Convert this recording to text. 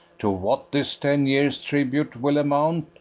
to what this ten years' tribute will amount,